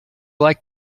like